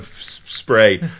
spray